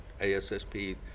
ASSP